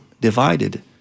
divided